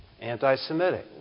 anti-Semitic